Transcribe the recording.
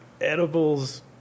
edibles